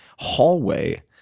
Hallway